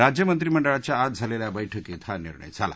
राज्य मंत्रीमंडाळाच्या आज झालेल्या बैठकीत हा निर्णय झाला